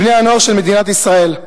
בני-הנוער של מדינת ישראל.